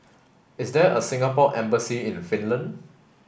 is there a Singapore embassy in Finland